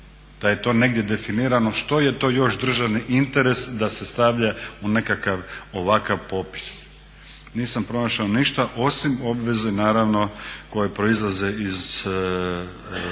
da je to negdje definirano što je to još državni interes da se stavlja u nekakav ovakva popis. Nisam pronašao ništa osim obveze naravno koje proizlaze iz članka